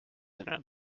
and